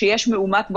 כשיש מאומת בחנות,